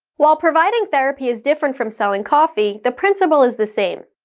while providing therapy is different from selling coffee, the principle is the same.